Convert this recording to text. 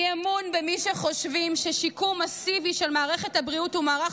אי-אמון במי שחושבים ששיקום מסיבי של מערכת הבריאות ומערך